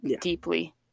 deeply